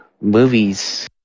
movies